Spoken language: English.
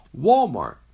Walmart